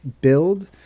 Build